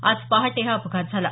आज पहाटे हा अपघात झाला